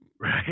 Right